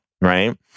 right